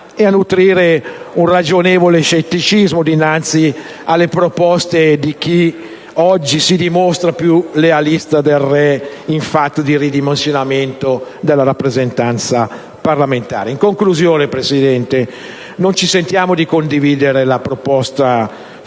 e a nutrire un ragionevole scetticismo dinnanzi alle proposte di chi oggi si dimostra più realista del re riguardo al ridimensionamento della rappresentanza parlamentare. In conclusione, signor Presidente, non ci sentiamo di condividere la proposta formulata